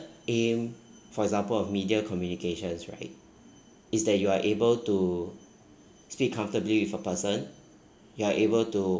aim for example of media communications right is that you are able to speak comfortably with a person you are able to